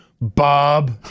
Bob